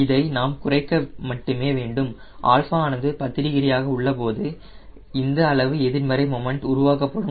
இதை நாம் குறைக்க மட்டுமே வேண்டும் α ஆனது 10 டிகிரியாக உள்ளபோது இந்த அளவு எதிர்மறை மொமண்ட் ஆனது உருவாக்கப்படும்